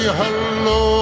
hello